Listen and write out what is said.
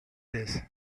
this